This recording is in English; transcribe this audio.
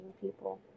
people